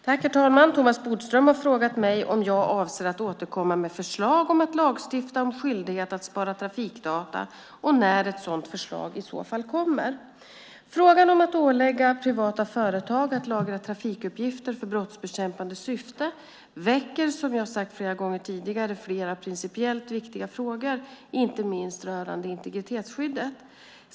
Herr talman! Thomas Bodström har frågat mig om jag avser att återkomma med förslag om att lagstifta om skyldighet att spara trafikdata och när ett sådant förslag i så fall kommer. Frågan om att ålägga privata företag att lagra trafikuppgifter för brottsbekämpande syfte väcker, som jag sagt flera gånger tidigare, flera principiellt viktiga frågor, inte minst rörande integritetsskyddet.